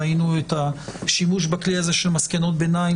ראינו את השימוש בכלי הזה של מסקנות ביניים